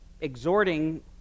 exhorting